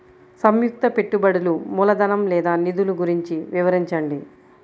సంయుక్త పెట్టుబడులు మూలధనం లేదా నిధులు గురించి వివరించండి?